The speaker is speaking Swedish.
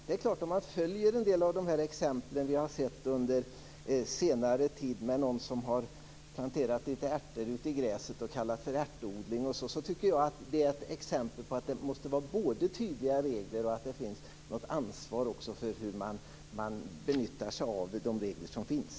Där har funnits exempel under senare tid när någon t.ex. har planterat några ärtor i gräset och kallat dem för ärtodling. Det är ett exempel på att det måste finnas både tydliga regler och ett ansvar för hur man benyttar de regler som finns.